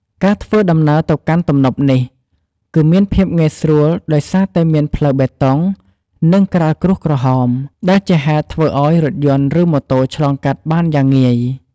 ការធ្វើដំណើរទៅកាន់ទំនប់នេះ គឺមានភាពងាយស្រួលដោយសារតែមានផ្លូវបេតុង និងក្រាលក្រួសក្រហម ដែលជាហេតុធ្វើឲ្យរថយន្ត ឬម៉ូតូឆ្លងកាត់បានយ៉ាងងាយ។